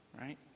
right